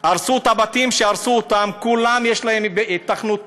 שהרסו בה את הבתים, לכולם יש היתכנות תכנונית.